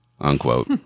unquote